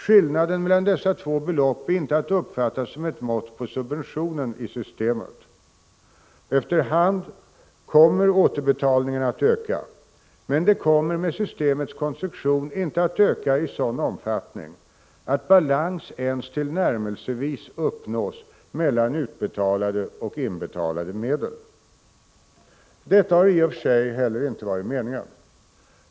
Skillnaden mellan dessa två belopp är inte att uppfatta som ett mått på subventionen i systemet. Efter hand kommer återbetalningarna att öka, men de kommer med systemets konstruktion inte att öka i sådan omfattning att balans ens tillnärmelsevis uppnås mellan utbetalade och inbetalade medel. Detta har i och för sig heller inte varit meningen.